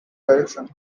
directions